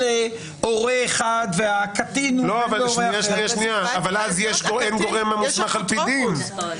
--- שנייה, אבל אז אין גורם המוסמך על-פי דין.